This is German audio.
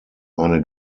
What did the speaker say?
eine